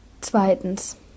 Zweitens